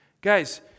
Guys